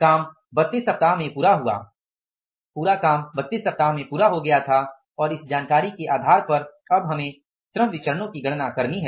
काम 32 सप्ताह में पूरा हुआ काम 32 सप्ताह में पूरा हो गया था और अब इस जानकारी के आधार पर हमें श्रम विचरणो की गणना करनी है